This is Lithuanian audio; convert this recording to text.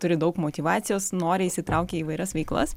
turi daug motyvacijos noriai įsitraukia į įvairias veiklas